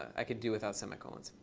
i could do without semicolons.